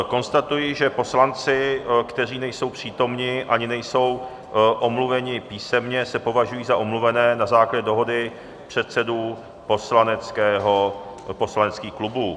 Konstatuji, že poslanci, kteří nejsou přítomni ani nejsou omluveni písemně, se považují za omluvené na základě dohody předsedů poslaneckých klubů.